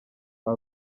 ari